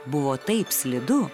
buvo taip slidu